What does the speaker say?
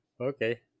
Okay